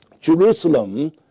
Jerusalem